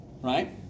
right